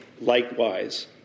likewise